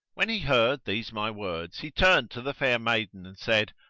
when he heard these my words, he turned to the fair maiden and said,